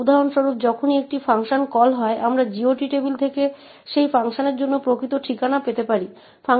আপনি এটি file call print3ac এ দেখতে পারেন